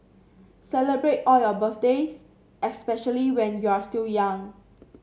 celebrate all your birthdays especially when you're still young